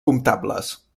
comptables